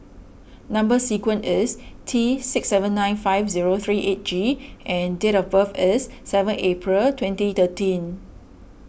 Number Sequence is T six seven nine five zero three eight G and date of birth is seven April twenty thirteen